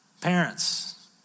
Parents